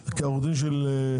היועץ המשפטי של יבואני הרכב,